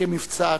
כמבצע הצלה.